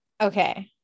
Okay